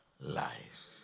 life